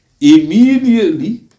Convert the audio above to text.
Immediately